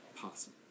possible